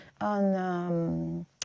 on